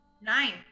Nine